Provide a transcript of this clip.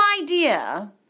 idea